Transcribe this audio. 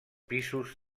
pisos